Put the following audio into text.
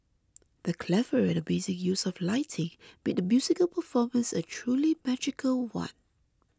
the clever and amazing use of lighting made the musical performance a truly magical one